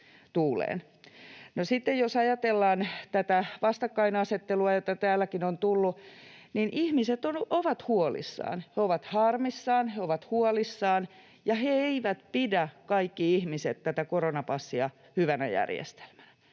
jos ajatellaan tätä vastakkainasettelua, jota täälläkin on tullut, niin ihmiset ovat huolissaan — he ovat harmissaan, he ovat huolissaan — ja kaikki ihmiset eivät pidä tätä koronapassia hyvänä järjestelmänä,